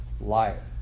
liar